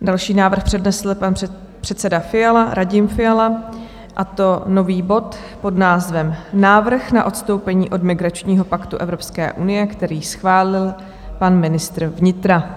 Další návrh přednesl pan předseda Radim Fiala, a to nový bod s názvem Návrh na odstoupení od migračního paktu Evropské unie, který schválil pan ministr vnitra.